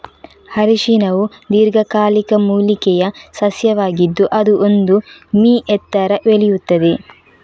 ಅರಿಶಿನವು ದೀರ್ಘಕಾಲಿಕ ಮೂಲಿಕೆಯ ಸಸ್ಯವಾಗಿದ್ದು ಅದು ಒಂದು ಮೀ ಎತ್ತರ ಬೆಳೆಯುತ್ತದೆ